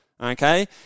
okay